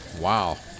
Wow